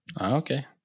Okay